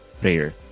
prayer